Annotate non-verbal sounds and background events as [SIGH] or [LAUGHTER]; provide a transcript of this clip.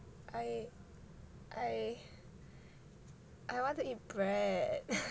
I I I want to eat bread [LAUGHS]